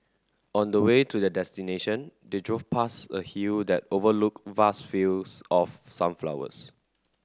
on the way to their destination they drove past a hill that overlooked vast fields of sunflowers